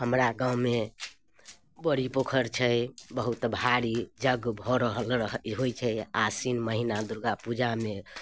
हमरा गाममे बड़ी पोखरि छै बहुत भारी यज्ञ भऽ रहल रहल होइ छै आसिन महिना दुर्गापूजामे